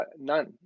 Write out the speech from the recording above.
None